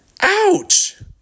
Ouch